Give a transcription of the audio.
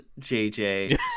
JJ